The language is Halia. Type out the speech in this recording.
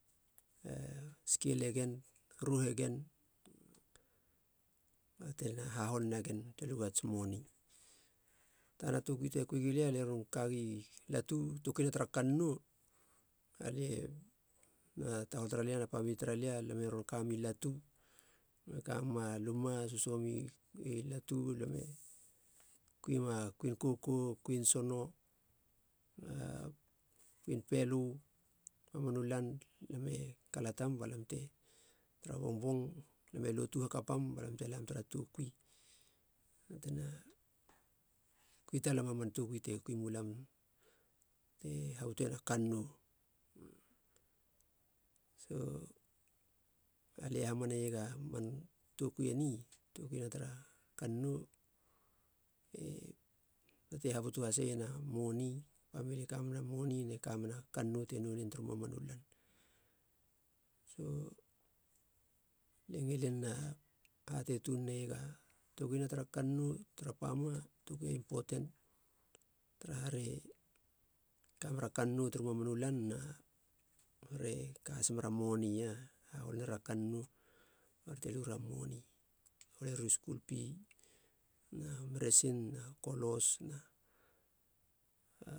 skelegen, ruhegen, batena hahol nagen bate lu ats moni. Tana tokui te kui gulia lia ron kagi latu, toului na tara kannou. Alie na tahol tara lia na pemili tara lia, lame ron kami latu, lam e kamem a luma sösoho mi i latu, lam e kuima kuin kokou, kuin sono na kuin pelö. Mamanu lan lam e kalatam balam tara bongbong, lam e lotu hakapam balam te lam tara tokui batena kui talema man tokuite kui mulam te habutena kannou so alie hamane iega man tokui eni, tokui na tara kannou e tatei habutu haseiena moni. Pamili e kamena moni ne kamena kannou te noenen turu mamanu lan, so lie ngilin hate tun neiega toluina tara kannou tara pama, tokui a impoten, taraha re kamera kannou turu mamanu lan na re kahas mera moni te holeria kannou bara te lura moni, hole riu skulpi nau meresin na kolos na